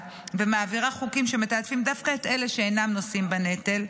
ומעבירה חוקים שמתעדפים דווקא את אלה שאינם נושאים בנטל,